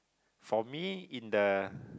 for me in the